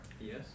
Yes